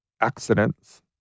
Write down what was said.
accidents